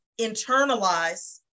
internalize